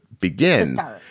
begin